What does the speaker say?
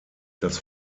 das